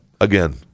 Again